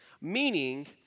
meaning